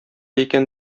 икән